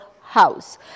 house